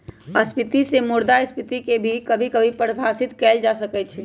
अतिस्फीती से मुद्रास्फीती के भी कभी कभी परिभाषित कइल जा सकई छ